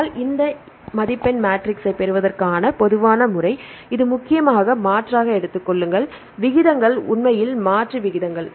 ஆனால் இந்த மதிப்பெண் மேட்ரிக்ஸைப் பெறுவதற்கான பொதுவான முறை இது முக்கியமாக மாற்றாக எடுத்துக்கொள்ளுங்கள் விகிதங்கள் உண்மையில் மாற்று விகிதங்கள்